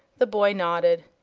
the boy nodded.